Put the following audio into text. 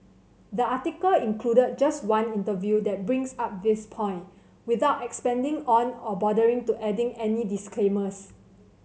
the article included just one interview that brings up this point without expanding on or bothering to adding any disclaimers